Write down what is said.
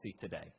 today